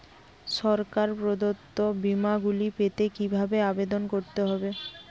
সরকার প্রদত্ত বিমা গুলি পেতে কিভাবে আবেদন করতে হবে?